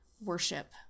worship